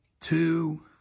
two